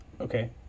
Okay